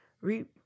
Reap